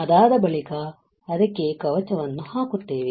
ಅದಾದ ಬಳಿಕ ನಾವು ಅದಕ್ಕೆ ಕವಚವನ್ನು ಹಾಕುತ್ತೇವೆ